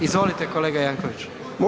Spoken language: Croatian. Izvolite kolega Jankovics.